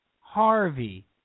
Harvey